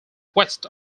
west